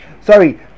sorry